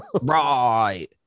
right